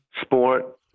sport